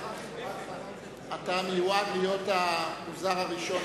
אתה מיועד להיות המוזהר הראשון,